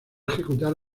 ejecutar